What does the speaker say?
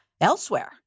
elsewhere